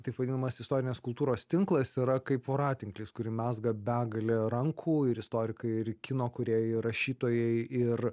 taip vadinamas istorinės kultūros tinklas yra kaip voratinklis kurį mezga begalė rankų ir istorikai ir kino kūrėjai ir rašytojai ir